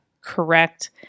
correct